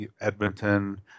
Edmonton